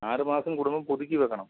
ആറ് മാസം കൂടുമ്പോൾ പുതുക്കി വെക്കണം